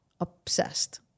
obsessed